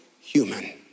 human